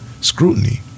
scrutiny